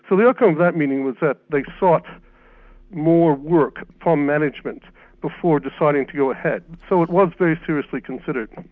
so the outcome of that meeting was that they sought more work from um management before deciding to go ahead. so it was very seriously considered.